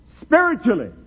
spiritually